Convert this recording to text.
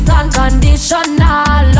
unconditional